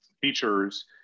features